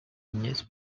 agnès